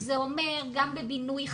זה אומר גם בבינוי חדש,